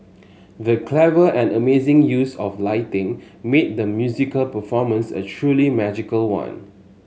the clever and amazing use of lighting made the musical performance a truly magical one